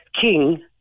king